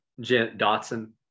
Dotson